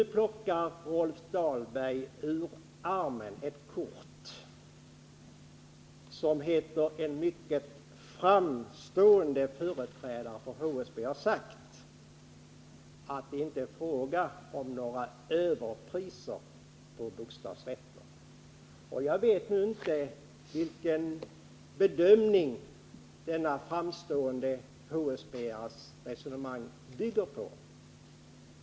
Så plockade Rolf Dahlberg ur armen ett kort och påstod att en mycket framträdande företrädare för HSB har sagt att det inte är fråga om några överpriser på bostadsrätter. Jag vet nu inte vilken bedömning denne framstående HSB:ares resonemang bygger på.